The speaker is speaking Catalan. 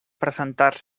presentar